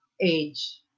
age